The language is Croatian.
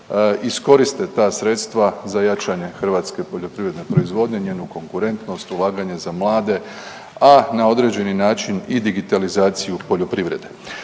iskoriste ta sredstva za jačanje hrvatske poljoprivredne proizvodnje, njenu konkurentnost, ulaganje za mlade, a na određeni način i digitalizaciju poljoprivrede.